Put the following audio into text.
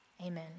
Amen